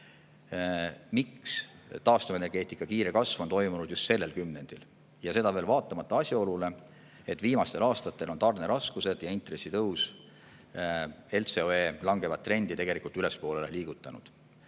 miks taastuvenergeetika kiire kasv on toimunud just sellel kümnendil, seda vaatamata asjaolule, et viimastel aastatel on tarneraskused ja intressitõus LCOE langevat trendi ülespoole liigutanud.